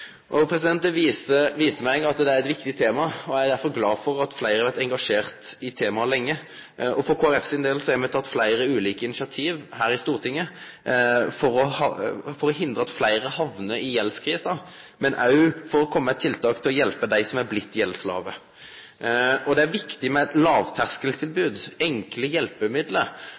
Det viser at det er eit viktig tema, og eg er derfor glad for at fleire har vore engasjerte i temaet lenge. For Kristeleg Folkeparti sin del har me teke fleire ulike initiativ her i Stortinget for å hindre at fleire hamnar i gjeldskrise, men òg for å kome med tiltak for å hjelpe dei som har blitt gjeldsslavar. Det er viktig med eit lågterskeltilbod, enkle hjelpemiddel,